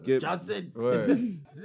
Johnson